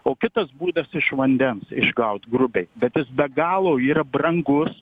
o kitas būdas iš vandens išgaut grubiai bet jis be galo yra brangus